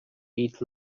eat